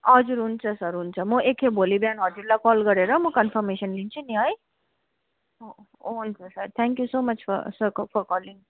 हजुर हुन्छ सर हुन्छ म एकखेप भोलि बिहान हजुरलाई कल गरेर म कन्फर्मेसन लिन्छु नि है हु हुन्छ sir thank you so much for sir को को कलिङ